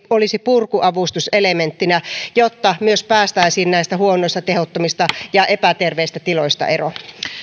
olisi purkuavustus elementtinä jotta myös päästäisiin näistä huonoista tehottomista ja epäterveistä tiloista eroon